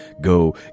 Go